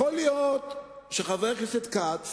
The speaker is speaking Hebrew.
יכול להיות שחבר הכנסת כץ